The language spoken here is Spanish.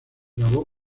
grabó